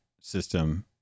system